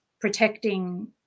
protecting